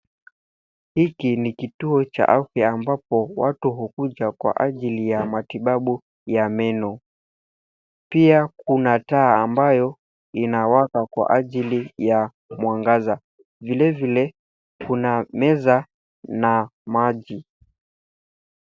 Hiki ni kituo cha afya ambapo watu hukuja kwa ajili ya matibabu ya meno. Pia kuna taa ambayo inawaka kwa ajili ya mwangaza. Vilevile kuna meza na maji.